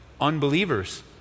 unbelievers